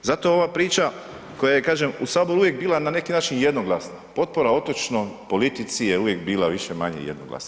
Zato ova priča, koja je, kažem, u Saboru uvijek bila na neki način jednoglasna, potpora otočnoj politici je uvijek bila više-manje jednoglasna.